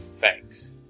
Thanks